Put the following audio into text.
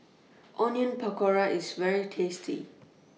Onion Pakora IS very tasty